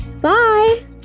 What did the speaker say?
bye